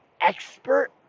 expert